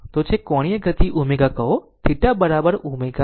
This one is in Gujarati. તો તે છે કોણીય ગતિ ω કહો પછી θ બરાબર ω t